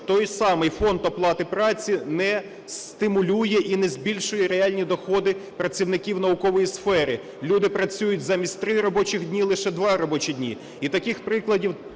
той самий фонд оплати праці не стимулює і не збільшує реальні доходи працівників наукової сфери. Люди працюють замість 3 робочих днів лише 2 робочі дні.